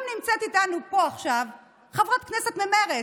נמצאת איתנו פה עכשיו גם חברת הכנסת ממרצ,